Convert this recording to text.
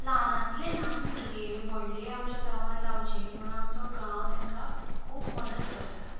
ल्हानांतले ल्हान भुरगे व्हडले आमच्या गांवान जावचे म्हूण आमचो गांव तेंकां खूब मदत करतात